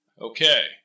Okay